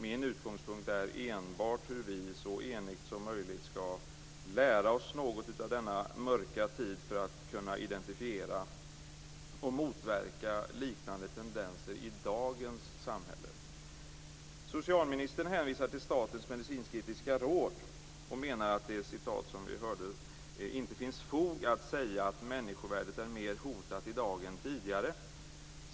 Min utgångspunkt är enbart hur vi så enigt som möjligt skall lära oss något av denna mörka tid för att kunna identifiera och motverka liknande tendenser i dagens samhälle. Socialministern hänvisar till Statens medicinsketiska råd som menar att det "inte finns fog att säga att människovärdet är mer hotat i dag än tidigare.